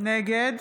נגד